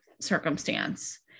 circumstance